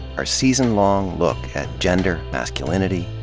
our season-long look at gender, masculinity,